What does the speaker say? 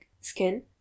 skin